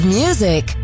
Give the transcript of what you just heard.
music